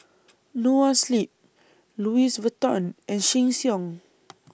Noa Sleep Louis Vuitton and Sheng Siong